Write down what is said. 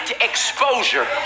exposure